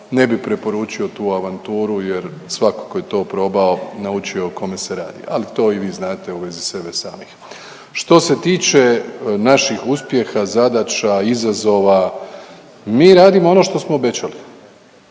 ne bih preporučio tu avanturu jer svatko tko je to probao naučio o kome se radi, ali to i vi znate u vezi sebe samih. Što se tiče naših uspjeha, zadaća, izazova mi radimo ono što smo obećali.